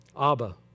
Abba